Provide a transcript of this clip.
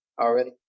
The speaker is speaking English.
already